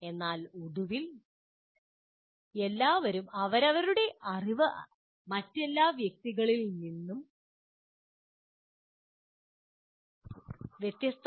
എന്നാൽ ഒടുവിൽ എല്ലാവരുടെയും അറിവ് മറ്റെല്ലാ വ്യക്തികളിൽ നിന്നും വ്യത്യസ്തമാണ്